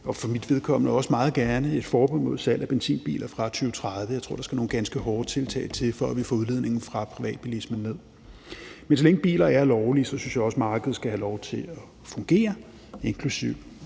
og for mit vedkommende også meget gerne et forbud mod salg af benzinbiler fra 2030. Jeg tror, at der skal nogle ganske hårde tiltag til, for at vi får udledningen fra privatbilismen ned. Men så længe biler er lovlige, synes jeg også, at markedet skal have lov til at fungere, inklusive